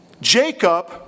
Jacob